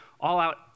all-out